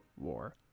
War